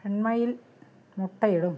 പെൺമയിൽ മുട്ടയിടും